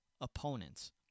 opponents